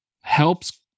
helps